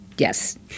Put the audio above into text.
Yes